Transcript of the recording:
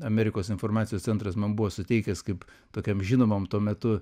amerikos informacijos centras man buvo suteikęs kaip tokiam žinomam tuo metu